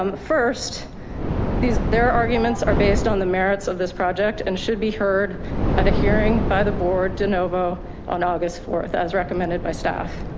um first their arguments are based on the merits of this project and should be heard at a hearing by the board denovo on august fourth, as recommended by staff.